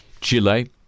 Chile